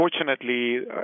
unfortunately